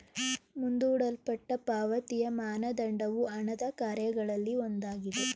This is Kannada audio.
ಮುಂದೂಡಲ್ಪಟ್ಟ ಪಾವತಿಯ ಮಾನದಂಡವು ಹಣದ ಕಾರ್ಯಗಳಲ್ಲಿ ಒಂದಾಗಿದೆ